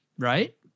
Right